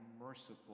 merciful